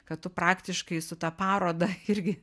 kad tu praktiškai su ta paroda irgi